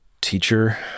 teacher